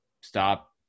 stop